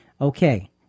okay